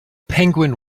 penguin